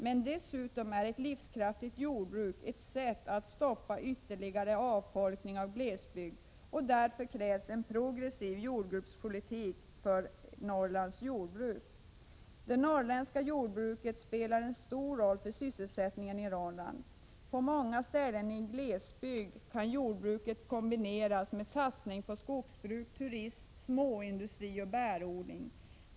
Men dessutom är ett livskraftigt jordbruk ett sätt att stoppa ytterligare avfolkning av glesbygd, och därför krävs en progressiv jordbrukspolitik för Norrlands jordbruk. Det norrländska jordbruket spelar stor roll för sysselsättningen i Norrland. På många ställen i en glesbygd kan jordbruket kombineras med satsning på skogsbruk, turism, småindustri, bärodling m.m.